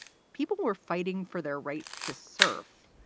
people were fighting for their right to surf.